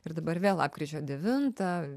ir dabar vėl lapkričio devintą